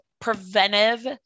preventive